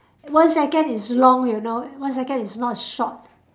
one second is long you know one second is not short